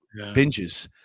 binges